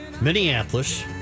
Minneapolis